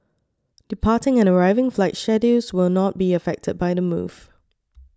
departing and arriving flight schedules will not be affected by the move